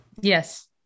Yes